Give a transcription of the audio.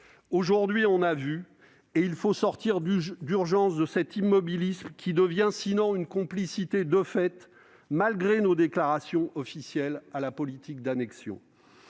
Aujourd'hui, on a vu et il faut sortir d'urgence de cet immobilisme, qui devient sinon une complicité de fait, malgré nos déclarations officielles, avec la politique d'annexion